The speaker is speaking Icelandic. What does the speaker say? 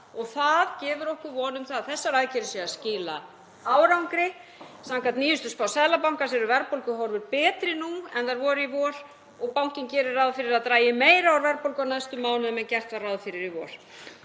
Það gefur okkur von um að þessar aðgerðir séu að skila árangri. Samkvæmt nýjustu spá Seðlabankans eru verðbólguhorfur betri nú en þær voru í vor og bankinn gerir ráð fyrir að það dragi meira úr verðbólgu á næstu mánuðum en gert var ráð fyrir í vor.